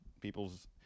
people's